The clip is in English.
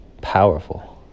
Powerful